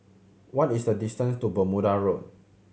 what is the distance to Bermuda Road